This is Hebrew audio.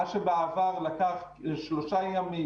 מה שבעבר לקח שלושה ימים,